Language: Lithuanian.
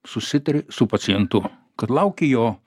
susitari su pacientu kad lauki jo